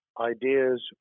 ideas